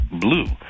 blue